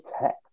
Tech